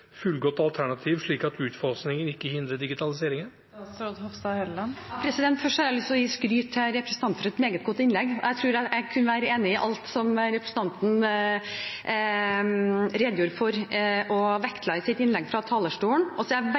fullgodt alternativ, slik at utfasingen ikke hindrer digitaliseringen? Først har jeg lyst til å gi skryt til representanten for et meget godt innlegg. Jeg tror jeg kunne være enig i alt representanten redegjorde for og vektla i sitt innlegg fra talerstolen. Jeg er også veldig glad for at spørsmål om sikkerhet og beredskap blir tatt opp, for det er